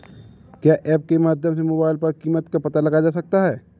क्या ऐप के माध्यम से मोबाइल पर कीमत का पता लगाया जा सकता है?